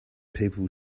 people